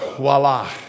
Voila